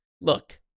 Look